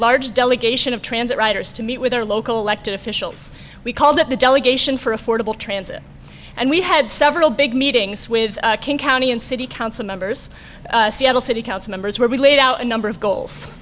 large delegation of transit riders to meet with their local elected officials we called it the delegation for affordable transit and we had several big meetings with king county and city council members seattle city council members where we laid out a number of goals